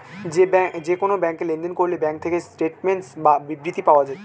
যে কোন ব্যাংকে লেনদেন করলে ব্যাঙ্ক থেকে স্টেটমেন্টস বা বিবৃতি পাওয়া যায়